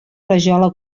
rajola